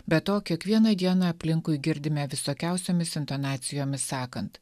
be to kiekvieną dieną aplinkui girdime visokiausiomis intonacijomis sakant